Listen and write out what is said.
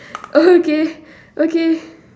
oh okay okay